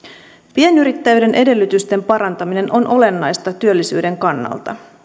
pienyrittäjyyden edellytysten parantaminen on olennaista työllisyyden kannalta